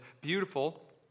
beautiful